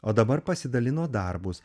o dabar pasidalino darbus